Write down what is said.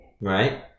Right